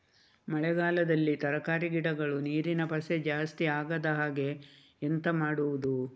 ಮಳೆಗಾಲದಲ್ಲಿ ತರಕಾರಿ ಗಿಡಗಳು ನೀರಿನ ಪಸೆ ಜಾಸ್ತಿ ಆಗದಹಾಗೆ ಎಂತ ಮಾಡುದು?